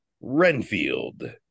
Renfield